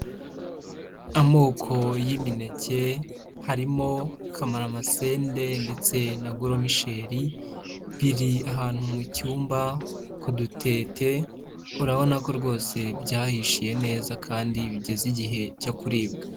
Amoko y'imineke harimo kamaramasende ndetse na goromisheri, biri ahantu mu cyumba kudutete, urabona ko rwose byahishiye neza kandi bigeze igihe cyo kuribwa.